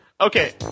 Okay